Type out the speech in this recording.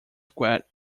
squat